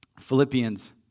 Philippians